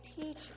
teach